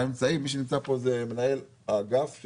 נמצא פה שאול,